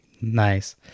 nice